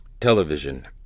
Television